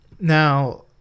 Now